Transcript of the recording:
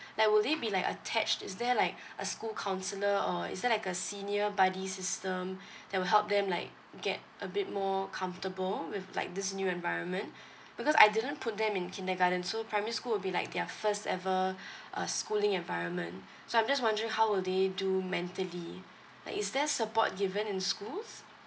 like will they be like attached is there like a school counsellor or is there like a senior buddies um that will help them like get a bit more comfortable with like this new environment because I didn't put them in kindergarten so primary school would be like their first ever uh schooling environment so I'm just wondering how will they do mentally like is there a support given in schools